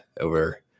over